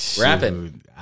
Rapping